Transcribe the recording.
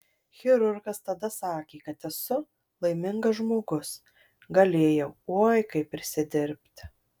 chirurgas tada sakė kad esu laimingas žmogus galėjau oi kaip prisidirbti